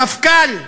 המפכ"ל,